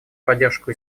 поддержку